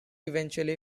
eventually